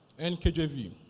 NKJV